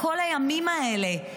כל הימים האלה,